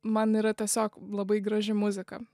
man yra tiesiog labai graži muzika